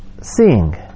seeing